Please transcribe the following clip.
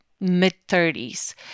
mid-30s